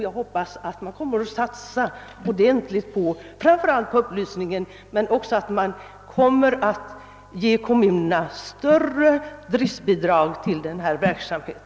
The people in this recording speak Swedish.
Jag hoppas att man framför allt kommer att satsa på upplysningen men också kommer att ge kommunerna större driftbidrag till denna verksamhet.